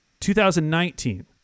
2019